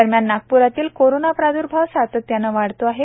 दरम्यान नागप्रातील कोरोना प्राद्र्भाव सातत्याने वाढतो आहे